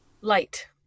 light